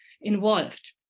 involved